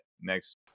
next